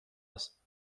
است